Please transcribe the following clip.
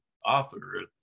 author